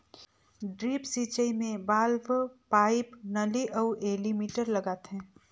drip सिंचई मे valve, pipe, नली अउ एलीमिटर लगाथें